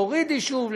להוריד יישוב,